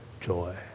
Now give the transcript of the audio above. joy